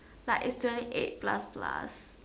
like it's thirty eight plus plus